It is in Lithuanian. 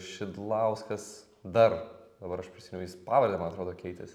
šidlauskas dar dabar aš prisimiau jis pavardę man atrodo keitėsi